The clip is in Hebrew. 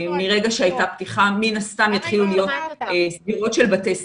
מרגע שהייתה פתיחה מן הסתם יתחילו להיות סגירות של בתי ספר.